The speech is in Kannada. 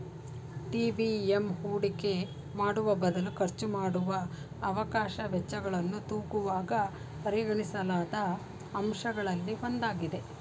ಟಿ.ವಿ.ಎಮ್ ಹೂಡಿಕೆ ಮಾಡುವಬದಲು ಖರ್ಚುಮಾಡುವ ಅವಕಾಶ ವೆಚ್ಚಗಳನ್ನು ತೂಗುವಾಗ ಪರಿಗಣಿಸಲಾದ ಅಂಶಗಳಲ್ಲಿ ಒಂದಾಗಿದೆ